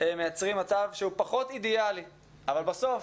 מייצרים מצב שהוא פחות אידיאלי אבל בסוף,